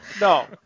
No